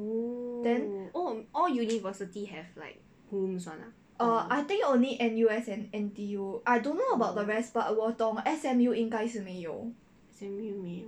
then err I think only N_U_S and N_T_U I don't know about the rest but 我懂 S_M_U 应该是没有 S_M_U 没有